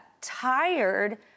tired